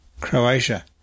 Croatia